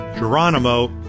Geronimo